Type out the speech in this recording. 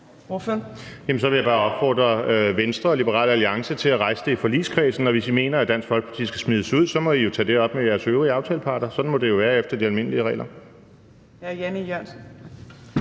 Så vil jeg bare opfordre Venstre og Liberal Alliance til at rejse det i forligskredsen, og hvis I mener, at Dansk Folkeparti skal smides ud, så må I jo tage det op med jeres øvrige aftaleparter. Sådan må det jo være efter de almindelige regler.